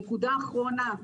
נקודה אחרונה.